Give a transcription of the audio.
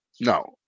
No